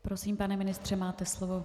Prosím, pane ministře, máte slovo.